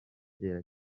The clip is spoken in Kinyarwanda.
kera